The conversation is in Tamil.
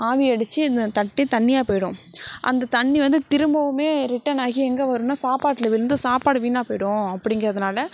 ஆவியடிச்சு அந்த தட்டே தண்ணியாக போய்விடும் அந்த தண்ணி வந்து திரும்பவுமே ரிட்டனாகி எங்கே வருன்னால் சாப்பாட்டில் விழுந்து சாப்பாடு வீணாக போய்விடும் அப்படிங்கிறதுனால